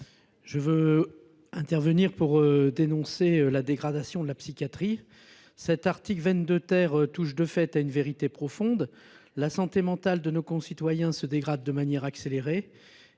souhaité intervenir pour dénoncer la dégradation de la psychiatrie. L’article 22 touche de fait à une vérité profonde : la santé mentale de nos concitoyens se dégrade de manière accélérée,